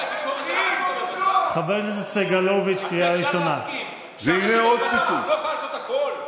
אם אתה לא בוחר את השופטים,